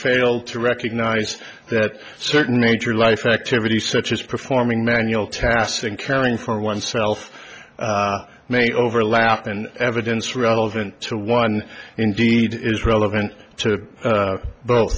fail to recognize that certain age or life activity such as performing manual tasks and caring for oneself may overlap and evidence relevant to one indeed it is relevant to both